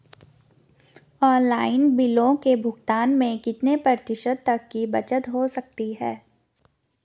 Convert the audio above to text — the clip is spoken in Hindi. ऑनलाइन बिलों के भुगतान में कितने प्रतिशत तक की बचत हो सकती है?